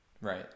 Right